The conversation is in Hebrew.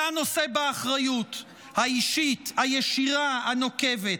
ואתה נושא באחריות האישית הישירה, הנוקבת.